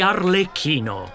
Arlecchino